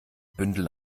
bündel